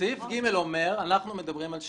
סעיף (ג) אומר שאנחנו מדברים על שיבוץ.